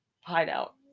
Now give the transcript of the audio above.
hideout